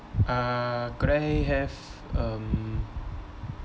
uh could I have um